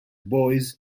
boys